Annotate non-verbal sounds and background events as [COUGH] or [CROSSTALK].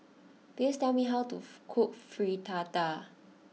please tell me how to [NOISE] cook Fritada